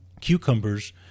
Cucumbers